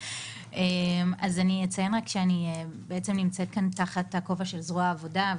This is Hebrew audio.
אני נמצאת כאן תחת הכובע של זרוע העבודה,